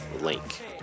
link